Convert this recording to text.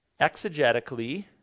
Exegetically